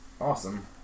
Awesome